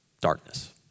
darkness